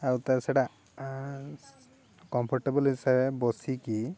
ଆଉ ତା ସେଇଟା କମ୍ଫର୍ଟେବୁଲ ହିସାବେ ବସିକି